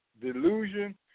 delusion